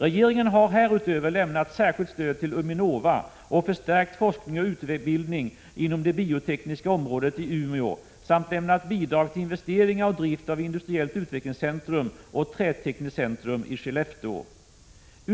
Regeringen har härutöver lämnat särskilt stöd till Uminova och förstärkt forskning och utbildning inom det biotekniska området i Umeå samt lämnat bidrag till investeringar och drift av Industriellt utvecklingscentrum och Trätekniskt centrum i Skellefteå.